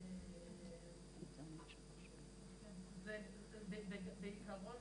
בעיקרון